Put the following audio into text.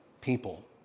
people